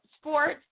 sports